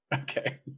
okay